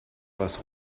was